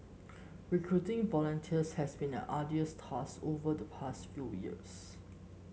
recruiting volunteers has been an arduous task over the past few years